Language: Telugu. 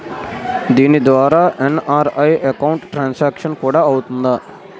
దీని ద్వారా ఎన్.ఆర్.ఐ అకౌంట్ ట్రాన్సాంక్షన్ కూడా అవుతుందా?